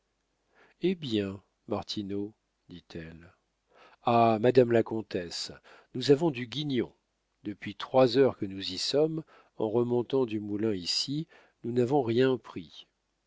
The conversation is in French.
hé bien martineau dit-elle ah madame la comtesse nous avons du guignon depuis trois heures que nous y sommes en remontant du moulin ici nous n'avons rien pris